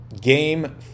Game